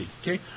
Okay